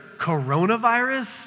coronavirus